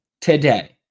today